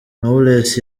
knowless